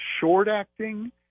short-acting